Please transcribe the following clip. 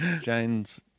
Jane's